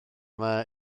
mae